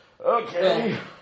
okay